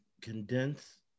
condense